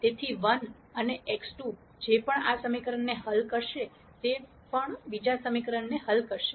તેથી 1 અને x2 જે પણ આ સમીકરણને હલ કરશે તે પણ બીજા સમીકરણને હલ કરશે